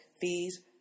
fees